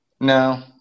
No